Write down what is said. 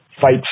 fight